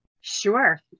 Sure